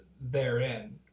therein